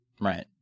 Right